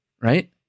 right